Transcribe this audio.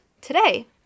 today